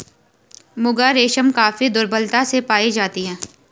मुगा रेशम काफी दुर्लभता से पाई जाती है